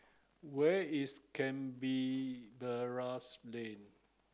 where is Lane